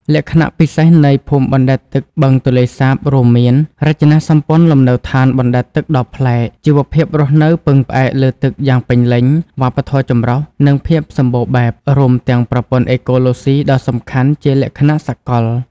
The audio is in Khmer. លក្ខណៈពិសេសនៃភូមិបណ្តែតទឹកបឹងទន្លេសាបរួមមាន រចនាសម្ព័ន្ធលំនៅឋានបណ្ដែតទឹកដ៏ប្លែក ជីវភាពរស់នៅពឹងផ្អែកលើទឹកយ៉ាងពេញលេញ វប្បធម៌ចម្រុះ និងភាពសម្បូរបែប រួមទាំងប្រព័ន្ធអេកូឡូស៊ីដ៏សំខាន់ជាលក្ខណៈសកល។